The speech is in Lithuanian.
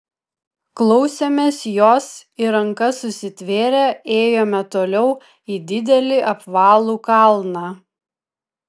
klausėmės jos ir rankas susitvėrę ėjome toliau į didelį apvalų kalną